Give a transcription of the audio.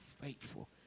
faithful